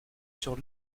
sur